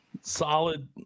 solid